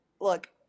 look